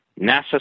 NASA